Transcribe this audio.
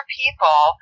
people